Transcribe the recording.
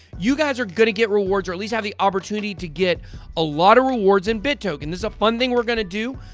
you guys are gonna get rewards or at least have the opportunity to get a lot of rewards in bitt token. this a fun thing we're going to do.